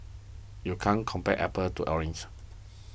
you can't compare apples to oranges